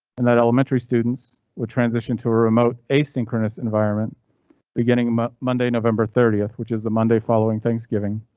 and that elementary students will transition to a remote, asynchronous environment beginning um ah monday, november thirtieth, which is the monday following thanksgiving.